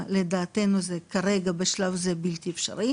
כי אנו רואים את זה בפרסומים בתקשורת או בפייסבוק של התושבים.